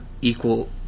equal